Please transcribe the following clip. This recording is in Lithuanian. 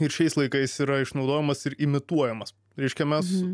ir šiais laikais yra išnaudojamas ir imituojamas reiškia mes